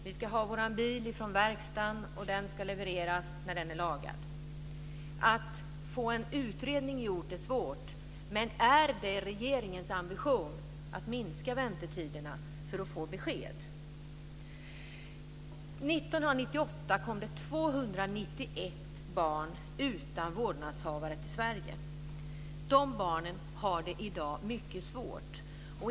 Vi ska ha vår bil från verkstaden och den ska levereras när den är lagad. Att få en utredning gjord är svårt, men är det regeringens ambition att minska väntetiderna för att få besked? År 1998 kom det 291 barn utan vårdnadshavare till Sverige. De barnen har det i dag mycket svårt.